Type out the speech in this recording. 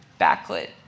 backlit